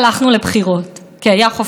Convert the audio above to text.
וראש הממשלה לא יכול לסבול את זה.